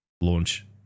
launch